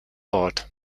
bord